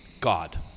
God